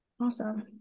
Awesome